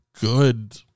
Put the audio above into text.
good